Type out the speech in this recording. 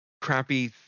crappy